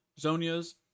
Zonia's